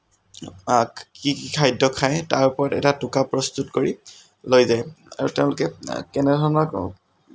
কি কি খাদ্য খায় তাৰ ওপৰত এটা টোকা প্ৰস্তুত কৰি লৈ যায় আৰু তেওঁলোকে কেনেধৰণৰ